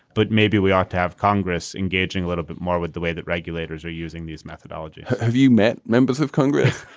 but maybe we ought to have congress engaging a little bit more with the way that regulators are using these methodologies have you met members of congress.